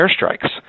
airstrikes